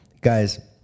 guys